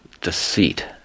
deceit